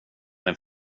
min